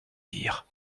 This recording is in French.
dire